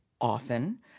often